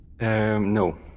No